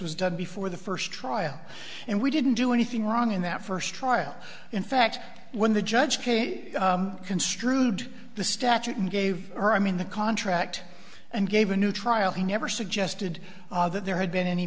before the first trial and we didn't do anything wrong in that first trial in fact when the judge came construed the statute and gave her i mean the contract and gave a new trial he never suggested that there had been any